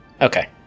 Okay